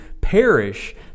perish